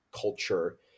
culture